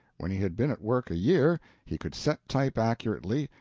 when he had been at work a year, he could set type accurately,